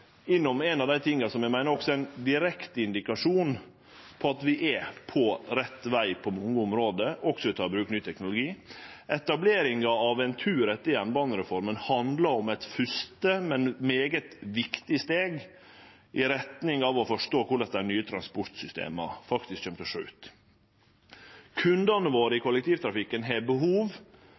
innom ein av dei tinga som eg meiner er ein direkte indikasjon på at vi er på rett veg på mange område, også når det gjeld å ta i bruk ny teknologi. Etableringa av Entur etter jernbanereforma handla om eit første, men svært viktig steg i retning av å forstå korleis dei nye transportsystema faktisk kjem til å sjå ut. Kundane våre i kollektivtrafikken har behov